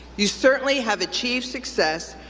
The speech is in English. you certainly have achieved success,